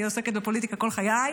אני עוסקת בפוליטיקה כל חיי.